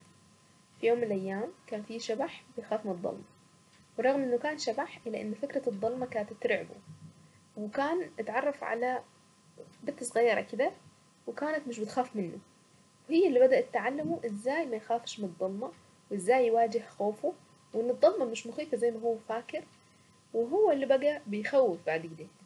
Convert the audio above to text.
في يوم من الايام كان في شبح بيخاف من الضلمة ورغم انه كان شبح الا انه فكرة الضلمة كانت ترعبه وكان اتعرف على بنت صغيرة كذا وكانت مش بتخاف منه هي اللي بدأت تعلمه ازاي ما يخافش من الظلمة وازاي يواجه خوفه وانه الظلمة مش مخيفة زي ما هو فاكر وهو اللي بقى بيخوف بعد كده.